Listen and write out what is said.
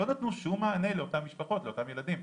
לא נתנו שום מענה לאותן משפחות ולאותם ילדים,